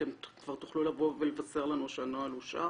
אתם כבר תוכלו לבוא ולבשר לנו שהנוהל אושר?